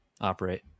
operate